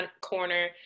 corner